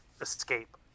escape